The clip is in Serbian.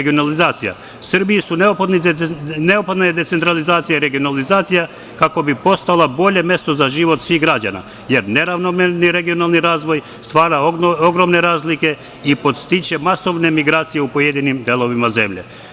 Srbiji je neophodna decentralizacija i regionalizacija kako bi postala bolje mesto za život svih građana, jer neravnomerni regionalni razvoj stvara ogromne razlike i podstiče masovne migracije u pojedinim delovima zemlje.